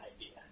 idea